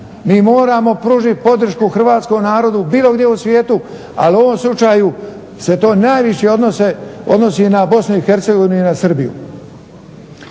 Mi moramo pružiti podršku Hrvatskom narodu bilo gdje u svijetu, ali u ovom slučaju se to najviše odnosi na Bosnu i Hercegovinu i Srbiju.